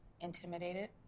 intimidated